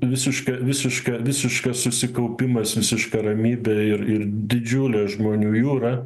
visiška visiška visiškas susikaupimas visiška ramybė ir ir didžiulė žmonių jūra